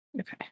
okay